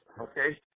okay